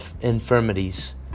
infirmities